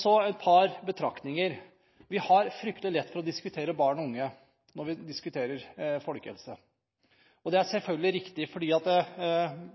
Så et par betraktninger. Vi har veldig lett for å diskutere barn og unge når vi diskuterer folkehelse. Det er selvfølgelig riktig,